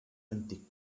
antic